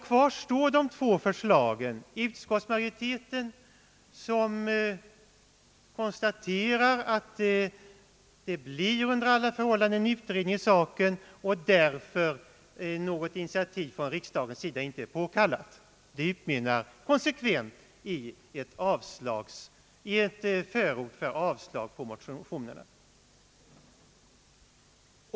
Kvar står de två förslagen: Det första är utskottsmajoritetens, vari det konstateras att det under alla förhållanden blir en utredning i saken och att därför något initiativ från riksdagens sida inte är påkallat, och det utmynnar konsekvent i ett förord för avslag på motionerna.